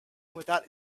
without